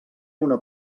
una